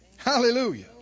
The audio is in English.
Hallelujah